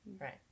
Right